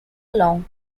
long